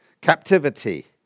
captivity